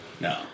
No